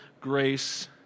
grace